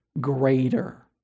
greater